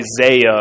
Isaiah